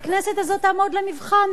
והכנסת הזאת תעמוד למבחן,